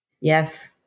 Yes